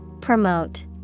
Promote